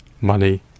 money